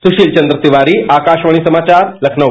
सुशील चन्द्र तिवारी आकाशवाणीसमाचार लखनऊ